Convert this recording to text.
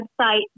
website